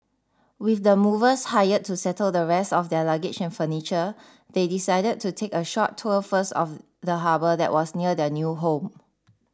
with the movers hired to settle the rest of their luggage and furniture they decided to take a short tour first of the harbour that was near their new home